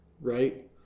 Right